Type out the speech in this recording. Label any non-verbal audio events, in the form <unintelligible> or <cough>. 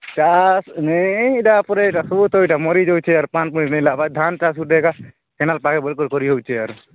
ଚାଷ୍ ନେଇ ଏଇଟା ରଖ୍ବୁ <unintelligible> ମରିଯାଉଛି ଆର୍ ପାନ୍ ନେଇ ଲାଗ୍ବା ଧାନ୍ ଚାଷକୁ ଦେଗା କେନାଲ୍ ପାଣି ବୁଲ୍ ବୁଲ୍ ପରି ହେଇଛି ଆରୁ